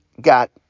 got